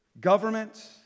government